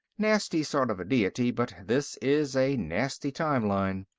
nasty sort of a deity, but this is a nasty time-line.